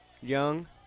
Young